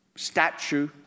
Statue